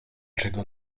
czego